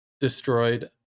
destroyed